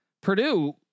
Purdue